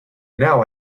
now